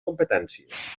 competències